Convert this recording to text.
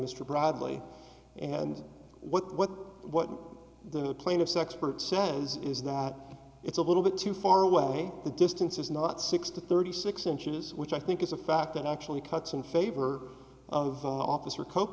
mr bradley and what what the plaintiff's expert says is that it's a little bit too far away the distance is not six to thirty six inches which i think is a fact that actually cuts in favor of officer cope